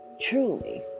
truly